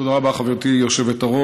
תודה רבה, חברתי היושבת-ראש.